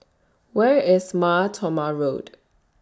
Where IS Mar Thoma Road